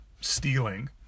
stealing